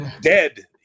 dead